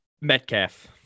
Metcalf